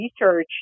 research